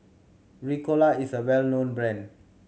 Ricola is a well known brand